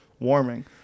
warming